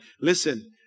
Listen